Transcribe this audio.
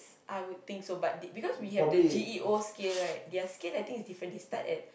I would think so but they because we have the G_E_O skill right their skill I think is different they start at